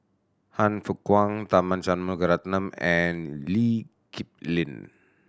Han Fook Kwang Tharman Shanmugaratnam and Lee Kip Lin